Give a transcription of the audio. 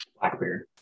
Blackbeard